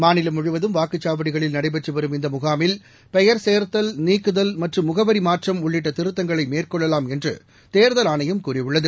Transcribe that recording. மாநிலம் முழுவதும் வாக்குச்சாவடிகளில் நடைபெற்று வரும் இந்த முகாமில் பெயர் சேர்தல் நீக்குதல் மற்றும் முகவரி மாற்றம் உள்ளிட்ட திருத்தங்களை மேற்கொள்ளலாம் என்று தேர்தல் ஆணையம் கூறியுள்ளது